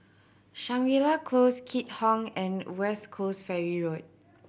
Shangri La Close Keat Hong and West Coast Ferry Road